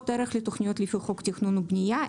ערך לתוכניות לפי חוק תכנון ובנייה.